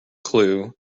clue